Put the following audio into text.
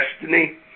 Destiny